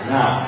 Now